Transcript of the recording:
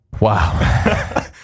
Wow